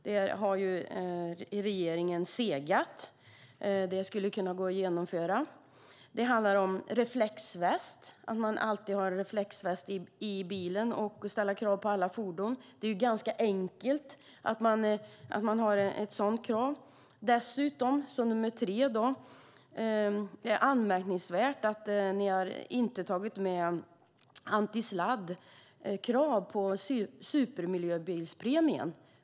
Där har regeringen segat. Det skulle kunna gå att genomföra. Det handlar om att man alltid ska ha en reflexväst i bilen och att ställa det kravet på alla fordon. Det är ganska enkelt att ha ett sådant krav. Det är anmärkningsvärt att ni inte har tagit med antisladdkrav för supermiljöbilspremien.